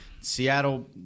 Seattle